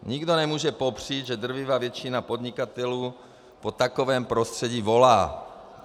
Nikdo nemůže popřít, že drtivá většina podnikatelů po takovém prostředí volá.